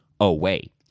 away